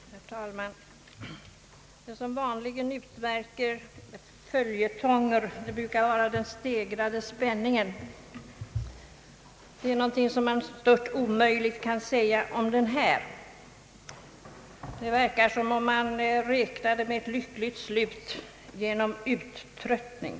Herr talman! Det som vanligen utmärker en följetong brukar vara den stegrade spänningen, men det är någonting som man stört omöjligt kan säga om detta ärende. Det verkar precis som om man räknade med ett lyckligt slut genom uttröttning.